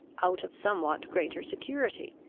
out of somewhat greater security.